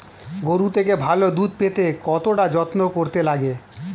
গরুর থেকে ভালো দুধ পেতে কতটা যত্ন করতে লাগে